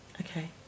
Okay